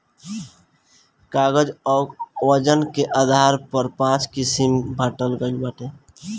कागज कअ वजन के आधार पर पाँच किसिम बांटल गइल बाटे